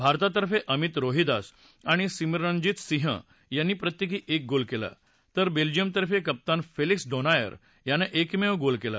भारतातर्फे अमित रोहिदास आणि सिमरनजीत सिंह यांनी प्रत्येकी एक गोल केला तर बेल्जियमतर्फे कप्तान फेलिक्स डेनायर यानं एकमेव गोल केला